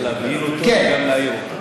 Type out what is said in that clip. הצלחת להבהיל אותו וגם להעיר אותו.